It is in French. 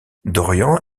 dorian